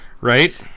Right